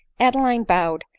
adeline bowed,